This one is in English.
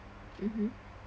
mmhmm